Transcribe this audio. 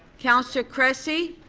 councillor cressy.